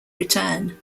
return